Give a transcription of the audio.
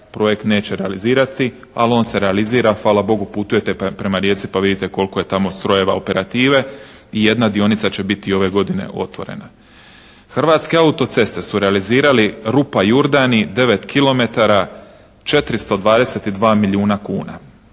projekt neće realizirati ali on se realizira, hvala Bogu putujete prema Rijeci pa vidite koliko je tamo strojeva operative. I jedna dionica će biti ove godine otvorena. Hrvatske auto-ceste su realizirale Rupa i Urdani 9 kilometara 422 milijuna kuna,